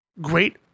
Great